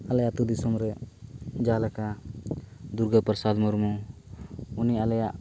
ᱟᱞᱮ ᱟᱹᱛᱩ ᱫᱤᱥᱚᱢᱨᱮ ᱡᱟᱦᱟᱸᱞᱮᱠᱟ ᱫᱩᱨᱜᱟ ᱯᱨᱚᱥᱟᱫᱽ ᱢᱩᱨᱢᱩ ᱩᱱᱤ ᱟᱞᱮᱭᱟᱜ